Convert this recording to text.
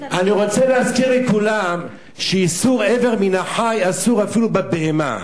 אני רוצה להזכיר לכולם שאיסור אבר מן החי אסור אפילו בבהמה,